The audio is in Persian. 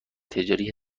تجاری